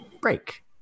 break